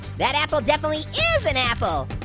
that apple definitely is an apple.